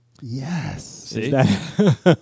Yes